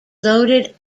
loaded